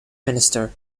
minister